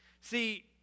See